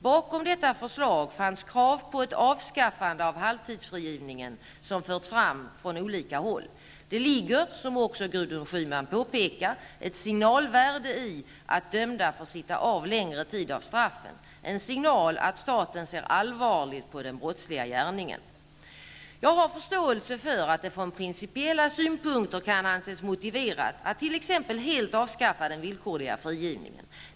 Bakom detta förslag fanns krav på ett avskaffande av halvtidsfrigivningen som förts fram från olika håll. Det ligger, som också Gudrun Schyman påpekar, ett signalvärde i att dömda får sitta av längre tid av straffen, en signal att staten ser allvarligt på den brottsliga gärningen. Jag har förståelse för att det från principiella synpunkter kan anses motiverat att t.ex. helt avskaffa den villkorliga frigivningen.